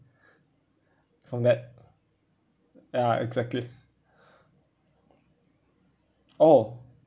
from that ya exactly oh